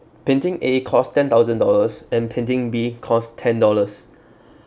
painting A cost ten thousand dollars and painting B cost ten dollars